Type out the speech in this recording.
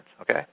okay